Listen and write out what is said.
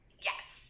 Yes